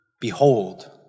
Behold